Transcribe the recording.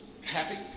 happy